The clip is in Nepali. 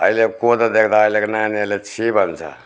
अहिले कोदो देख्दा अहिलेको नानीहरूले छिः भन्छ